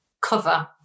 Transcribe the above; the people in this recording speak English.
cover